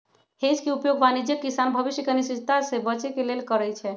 hedge के उपयोग वाणिज्यिक किसान भविष्य के अनिश्चितता से बचे के लेल करइ छै